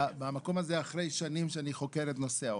במקום הזה אחרי שנים שאני חוקר את נושא העוני.